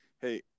Hey